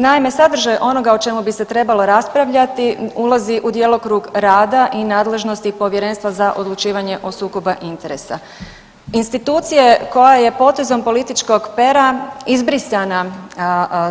Naime, sadržaj onoga o čemu bi se trebalo raspravljati ulazi u djelokrug rada i nadležnosti povjerenstva za odlučivanje o sukobu interesa, institucija koja je potezom političkog pera izbrisana